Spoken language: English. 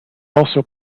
also